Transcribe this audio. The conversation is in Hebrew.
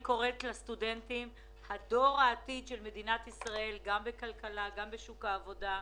הסטודנטים הם דור העתיד בכלכלה, בשוק העבודה.